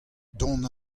dont